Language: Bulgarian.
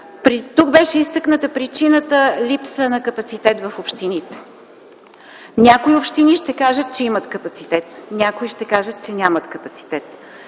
Тук беше изтъкната причината – липса на капацитет в общините. Някои общини ще кажат, че имат капацитет – някои ще кажат, че нямат. Общините,